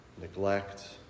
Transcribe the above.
neglect